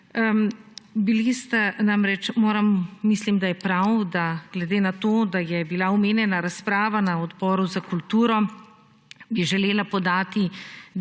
Bili sta namreč … moram, mislim, da je prav, da glede na to, da je bila omenjena razprava na Odboru za kulturo, bi želela podati